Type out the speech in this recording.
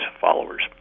followers